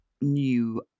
new